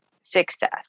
success